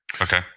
Okay